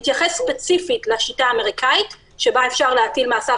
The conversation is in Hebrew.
הוא התייחס ספציפית לשיטה האמריקאית שבה אפשר להטיל מאסר